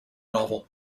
novel